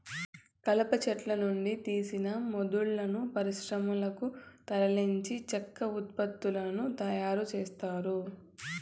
కలప చెట్ల నుండి తీసిన మొద్దులను పరిశ్రమలకు తరలించి చెక్క ఉత్పత్తులను తయారు చేత్తారు